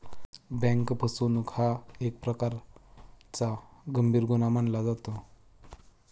bank फसवणूक हा एक प्रकारचा गंभीर गुन्हा मानला जातो